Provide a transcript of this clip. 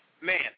man